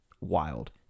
wild